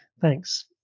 Thanks